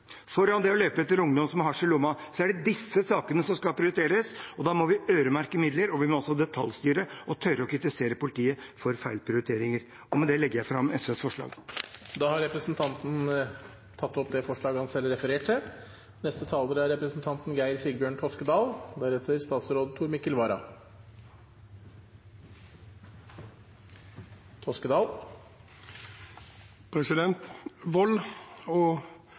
foran det å løpe etter ungdom som har hasj i lommen – er det disse sakene som skal prioriteres, og da må vi øremerke midler. Og vi må også detaljstyre og tørre å kritisere politiet for gale prioriteringer. Med det tar jeg opp SVs forslag. Representanten Petter Eide har tatt opp det forslaget han refererte til. Vold og overgrep mot barn og unge er noe av det mest grusomme og rystende som finnes, og